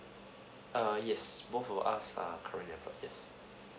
err yes both of us are currently employed yes